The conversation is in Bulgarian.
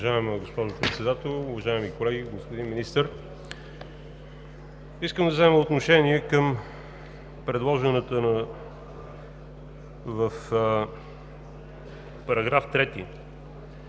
Уважаема госпожо Председател, уважаеми колеги, господин Министър! Искам да взема отношение към предложената в § 3